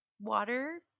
water